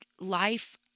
life